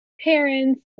parents